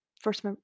First